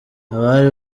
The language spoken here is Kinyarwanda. abari